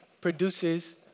produces